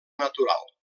natural